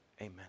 amen